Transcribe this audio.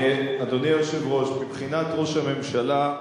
אדוני היושב-ראש, מבחינת ראש הממשלה,